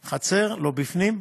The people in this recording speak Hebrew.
בחצר, לא בפנים.